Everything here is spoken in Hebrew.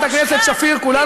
שפיר,